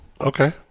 Okay